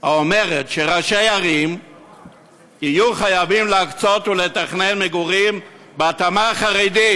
האומרת שראשי ערים יהיו חייבים להקצות ולתכנן מגורים בהתאמה חרדית,